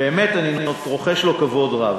באמת אני רוחש לו כבוד רב,